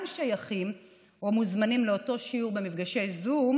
שייכים או מוזמנים לאותו שיעור במפגשי זום